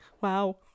Wow